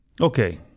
Okay